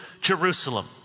Jerusalem